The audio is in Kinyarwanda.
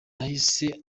yahise